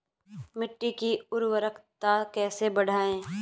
मिट्टी की उर्वरकता कैसे बढ़ायें?